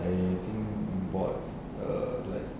I think bought err like